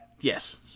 Yes